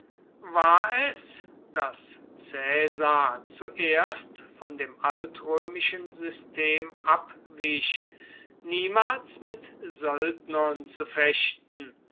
war es daß caesar zuerst von dem altrömischen system abwich niemals mit söldnern zu fechten